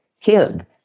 killed